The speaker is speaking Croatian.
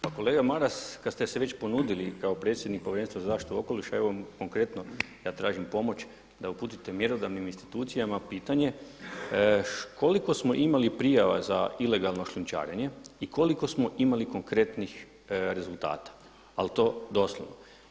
Pa kolega Maras, kad ste se već ponudili kao predsjednik Povjerenstva za zaštitu okoliša, evo konkretno ja tražim pomoć da uputite mjerodavnim institucijama pitanje koliko smo imali prijava za ilegalno šljunčarenje i koliko smo imali konkretnih rezultata, ali to doslovno.